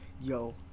yo